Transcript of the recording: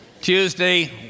Tuesday